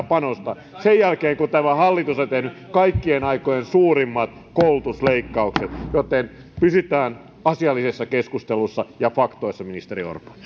panostaa sen jälkeen kun tämä hallitus on tehnyt kaikkien aikojen suurimmat koulutusleikkaukset joten pysytään asiallisessa keskustelussa ja faktoissa ministeri orpo